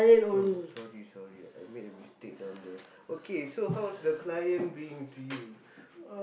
oh sorry sorry I made a mistake down there okay so how was the client being to you